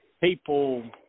people